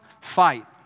fight